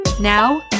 Now